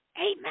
Amen